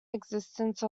existence